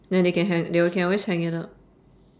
then they can hang they can always hang it up